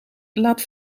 laat